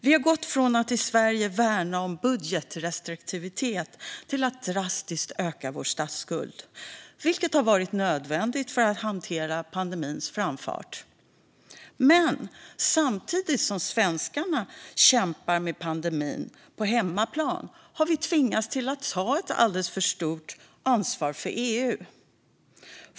Vi har i Sverige gått från att värna om budgetrestriktivitet till att drastiskt öka vår statsskuld, vilket har varit nödvändigt för att hantera pandemins framfart. Men samtidigt som vi svenskar kämpar med pandemin på hemmaplan har vi tvingats att ta alltför stort ansvar för EU.